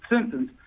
sentence